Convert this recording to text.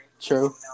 true